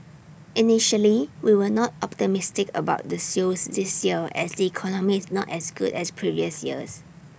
initially we were not optimistic about the sales this year as the economy is not as good as previous years